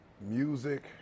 Music